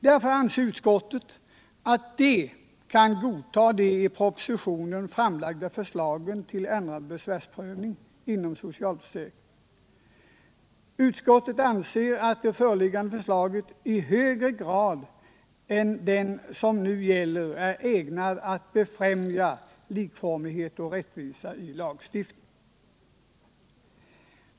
Därför menar utskottet att det kan godta de i propositionen framlagda förslagen till ändrad besvärsprövning inom socialförsäkringen. Utskottet anser den föreslagna ordningen i högre grad än den som nu gäller vara ägnad att befrämja likformighet och rättvisa i lagstiftningen.